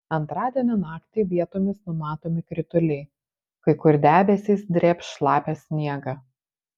antradienio naktį vietomis numatomi krituliai kai kur debesys drėbs šlapią sniegą